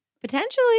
Potentially